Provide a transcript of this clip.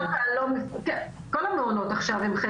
כל המעונות עכשיו,